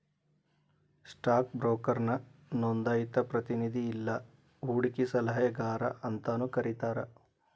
stock ಬ್ರೋಕರ್ನ ನೋಂದಾಯಿತ ಪ್ರತಿನಿಧಿ ಇಲ್ಲಾ ಹೂಡಕಿ ಸಲಹೆಗಾರ ಅಂತಾನೂ ಕರಿತಾರ